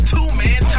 Two-Man